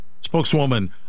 Spokeswoman